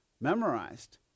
memorized